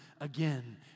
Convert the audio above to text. again